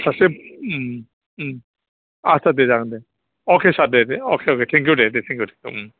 सासे आच्चा दे जागोन दे अके सार दे दे अके थेंक इउ दे